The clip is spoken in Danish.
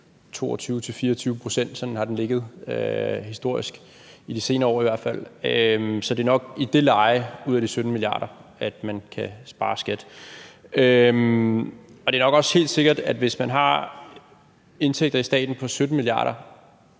sådan har den ligget historisk, i de senere år i hvert fald. Så det er nok i det leje ud af de 17 mia. kr., man kan spare skat, og det er nok også helt sikkert, at det, hvis man i staten har indtægter på 17 mia. kr.